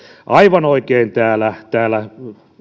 aivan oikein täällä täällä